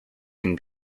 can